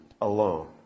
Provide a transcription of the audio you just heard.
alone